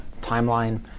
timeline